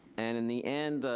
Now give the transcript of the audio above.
and in the end,